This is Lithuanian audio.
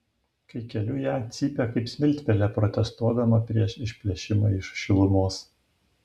kai keliu ją cypia kaip smiltpelė protestuodama prieš išplėšimą iš šilumos